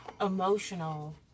emotional